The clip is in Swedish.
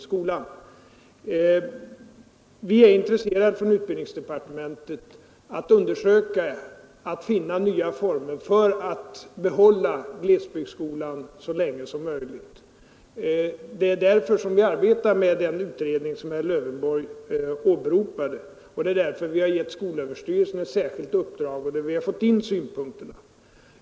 Skolan Vi är i utbildningsdepartementet intresserade av att försöka finna nya former för att behålla glesbygdsskolan så länge som möjligt. Det är därför vi arbetar med den utredning som herr Lövenborg åberopade, och det är därför vi har givit skolöverstyrelsen ett särskilt uppdrag, vilket har lett till att vi fått in synpunkter.